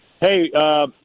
hey